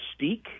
mystique